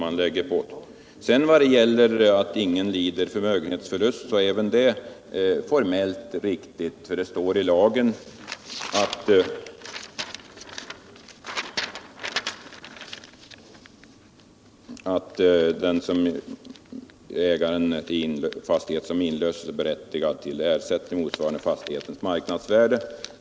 Att ingen lider förmögenhetsförlust är även det formellt riktigt. Det står i lagen att ägaren till fastighet som inlöses är berättigad till ersättning motsvarande fastighetens marknadsvärde.